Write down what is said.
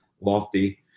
lofty